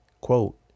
Quote